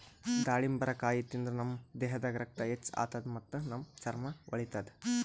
ದಾಳಿಂಬರಕಾಯಿ ತಿಂದ್ರ್ ನಮ್ ದೇಹದಾಗ್ ರಕ್ತ ಹೆಚ್ಚ್ ಆತದ್ ಮತ್ತ್ ನಮ್ ಚರ್ಮಾ ಹೊಳಿತದ್